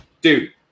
Dude